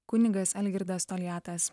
kunigas algirdas toliatas